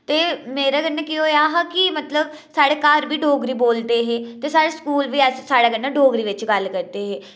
ते मेरे कन्नै केह् होएआ हा कि मतलब साढ़े घर बी डोगरी बोलदे हे ते साढ़े स्कूल बी अस साढ़े कन्नै डोगरी च गल्ल करदे हे